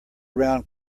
round